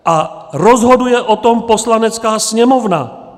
A rozhoduje o tom Poslanecká sněmovna.